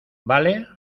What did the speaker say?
vale